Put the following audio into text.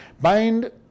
Bind